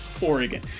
Oregon